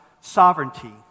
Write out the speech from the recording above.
sovereignty